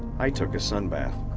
i took a sun bath.